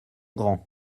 grand